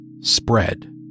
spread